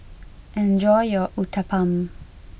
enjoy your Uthapam